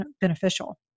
beneficial